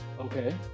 Okay